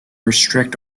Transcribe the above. restrict